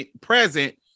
present